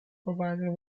provided